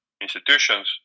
institutions